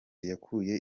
yakuye